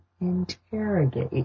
interrogate